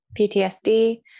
PTSD